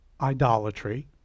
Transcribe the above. idolatry